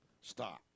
Stop